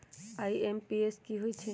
IMPS की होईछइ?